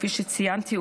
כפי שציינתי,